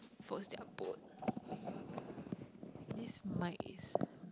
force their bone this mic is